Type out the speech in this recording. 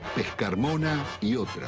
pescarmona, yeah